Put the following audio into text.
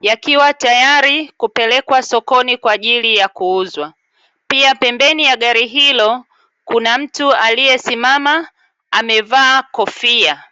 yakiwa tayari kupelekwa sokoni kwaajili ya kuuzwa, pia pembeni ya gari hilo kuna mtu aliyesimama amevaa kofia.